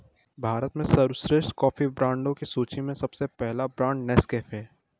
भारत में सर्वश्रेष्ठ कॉफी ब्रांडों की सूची में सबसे पहला ब्रांड नेस्कैफे है